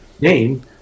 name